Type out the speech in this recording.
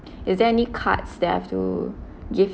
is there any card that I have to give